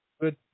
good